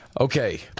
Okay